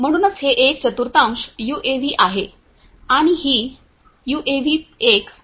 म्हणूनच हे एक चतुर्थांश यूएव्ही आहे आणि ही यूएव्ही एक पूर्णपणे स्वायत्त यूएव्ही आहे